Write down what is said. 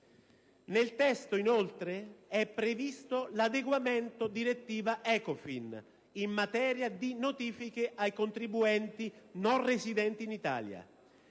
Nel testo, inoltre, è previsto l'adeguamento alla direttiva Ecofin in materia di notifiche ai contribuenti non residenti in Italia: